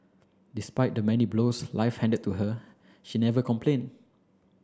despite the many blows life handed to her she never complained